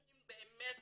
האם באמת